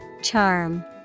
Charm